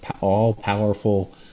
all-powerful